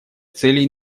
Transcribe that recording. целей